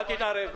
אל תתערב,